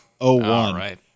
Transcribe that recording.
01